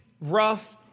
rough